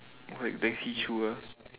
white then see through ah